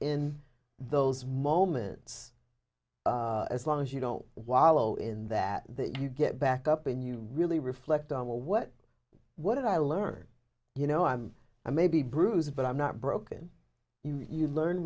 in those moments as long as you don't wallow in that that you get back up and you really reflect on well what what did i learn you know i'm i may be bruised but i'm not broken you know you learn